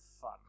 fun